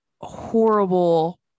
horrible